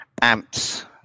amps